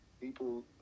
people